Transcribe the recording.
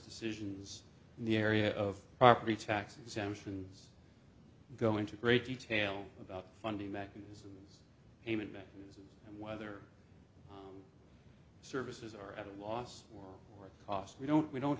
decisions in the area of property tax exemptions go into great detail about funding mechanisms payment and whether services are at a loss or cost we don't we don't